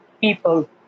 people